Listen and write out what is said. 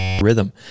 rhythm